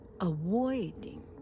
avoiding